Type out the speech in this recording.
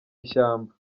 ishyamba